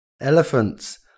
elephants